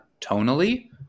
tonally